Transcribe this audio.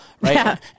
right